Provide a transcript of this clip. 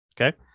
Okay